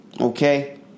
Okay